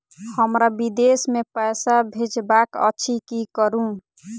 हमरा विदेश मे पैसा भेजबाक अछि की करू?